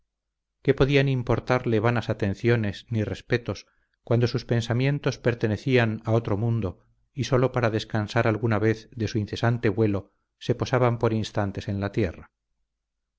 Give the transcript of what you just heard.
qué podían importarle vanas atenciones ni respetos cuando sus pensamientos pertenecían a otro mundo y sólo para descansar alguna vez de su incesante vuelo se posaban por instantes en la tierra